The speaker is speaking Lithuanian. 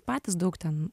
patys daug ten